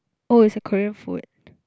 oh is a Korean food